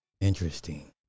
Interesting